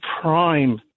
prime